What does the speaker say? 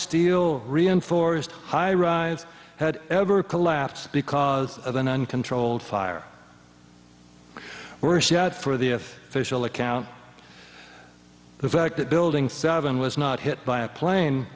steel reinforced high rise had ever collapsed because of an uncontrolled fire worse yet for the if official account the fact that building seven was not hit by a plane